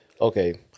Okay